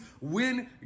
win